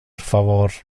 favor